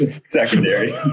secondary